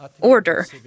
order